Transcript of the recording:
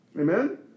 Amen